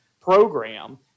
program